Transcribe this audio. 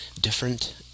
different